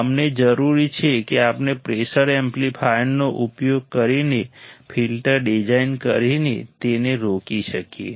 અમને જરૂરી છે કે આપણે પ્રેશર એમ્પ્લીફાયરનો ઉપયોગ કરીને ફિલ્ટર ડિઝાઇન કરીને તેને રોકી શકીએ